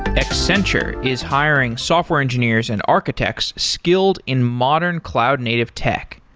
accenture is hiring software engineers and architects skilled in modern cloud native tech.